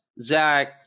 Zach